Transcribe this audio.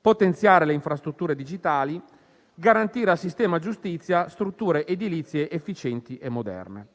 potenziare le infrastrutture digitali; garantire al sistema giustizia strutture edilizie efficienti e moderne.